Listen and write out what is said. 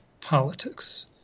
politics